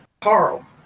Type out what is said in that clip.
Carl